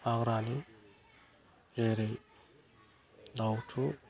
दाउरानि जेरै दाउथु